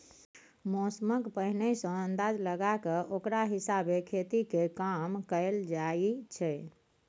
मौसमक पहिने सँ अंदाज लगा कय ओकरा हिसाबे खेती केर काम कएल जाइ छै